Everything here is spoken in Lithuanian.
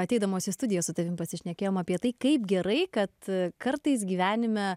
ateidamos į studiją su tavimi pasišnekėjome apie tai kaip gerai kad kartais gyvenime